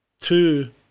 Two